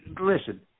listen